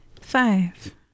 Five